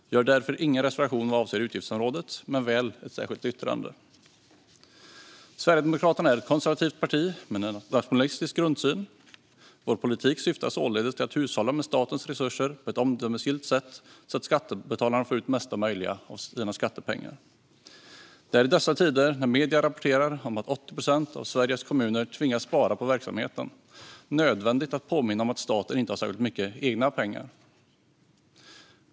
Vi har därför ingen reservation vad avser utgiftsområdet men väl ett särskilt yttrande. Sverigedemokraterna är ett konservativt parti med en nationalistisk grundsyn. Vår politik syftar således till att hushålla med statens resurser på ett omdömesgillt sätt så att skattebetalarna får ut det mesta möjliga av sina skattepengar. Det är i dessa tider, när medierna rapporterar om att 80 procent av Sveriges kommuner tvingas spara på verksamheten, nödvändigt att påminna om att staten inte har särskilt mycket egna pengar.